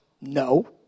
No